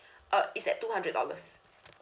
uh it's at two hundred dollars